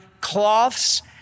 cloths